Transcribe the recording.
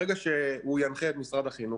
ברגע שהוא ינחה את משרד החינוך,